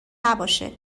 نباشه